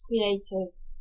creators